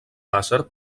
làser